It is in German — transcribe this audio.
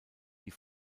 die